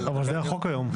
אבל זה החוק היום.